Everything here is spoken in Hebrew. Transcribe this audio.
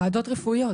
ועדות רפואיות